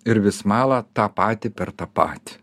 ir vis mala tą patį per tą patį